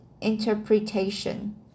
interpretation